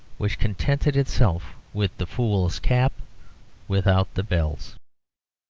which contented itself with the fool's cap without the bells!